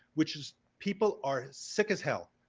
which is people are sick as hell.